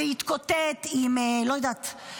להתקוטט עם לא יודעת,